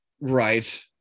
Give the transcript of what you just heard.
Right